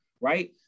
right